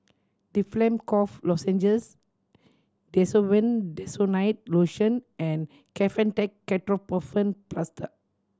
Difflam Cough Lozenges Desowen Desonide Lotion and Kefentech Ketoprofen Plaster